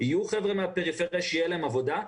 יהיו חבר'ה מן הפריפריה שתהיה להם עבודה.